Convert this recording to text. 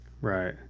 Right